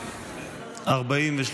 114 לא נתקבלה.